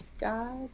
god